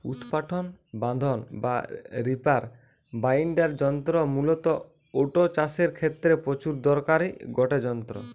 উৎপাটন বাঁধন বা রিপার বাইন্ডার যন্ত্র মূলতঃ ওট চাষের ক্ষেত্রে প্রচুর দরকারি গটে যন্ত্র